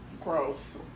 Gross